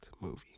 Movie